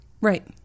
Right